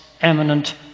eminent